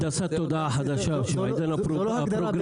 הנדסת תודעה חדשה של העידן הפרוגרסיבי.